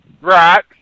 Right